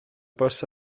bws